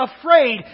afraid